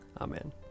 amen